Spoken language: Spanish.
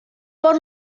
por